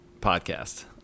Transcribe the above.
podcast